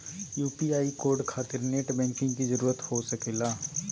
UPI code खातिर net banking की जरूरत हो सके ला?